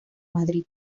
madrid